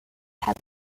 had